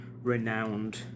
renowned